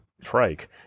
trike